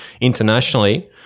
internationally